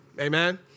Amen